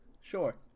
Sure